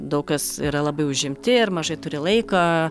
daug kas yra labai užimti ir mažai turi laiko